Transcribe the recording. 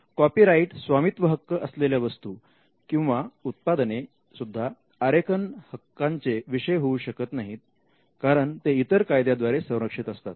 copyright स्वामित्व हक्क असलेल्या वस्तू किंवा उत्पादने सुद्धा आरेखन हक्कांचे विषय होऊ शकत नाहीत कारण ते इतर कायद्याद्वारे संरक्षित असतात